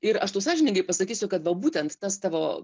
ir aš tau sąžiningai pasakysiu kad va būtent tas tavo